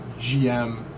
GM